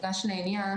מה בדיוק המצב?